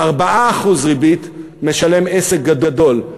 4% ריבית משלם עסק גדול.